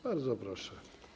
Bardzo proszę.